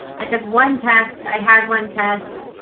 i took one test, i had one test.